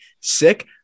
sick